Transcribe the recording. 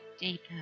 deeper